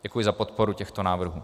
Děkuji za podporu těchto návrhů.